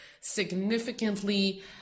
significantly